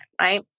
right